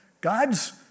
God's